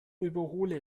überhole